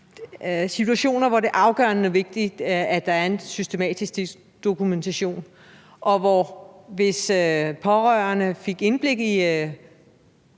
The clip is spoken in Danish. situationer, hvor det er afgørende vigtigt, at der er en systematisk dokumentation, og hvor det, hvis pårørende fik indblik i